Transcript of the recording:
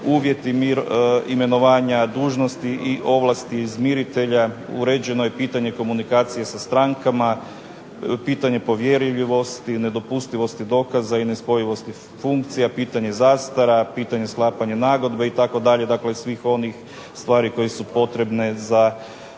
uvjeti, imenovanja, dužnosti i ovlasti izmiritelja, uređeno je pitanje komunikacije sa strankama, pitanje povjerljivosti, nedopustivosti dokaza i nespojivosti funkcija, pitanje zastara, pitanje sklapanja nagodbe itd. Dakle, svih onih stvari koje su potrebne za dobro